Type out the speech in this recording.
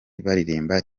baririmba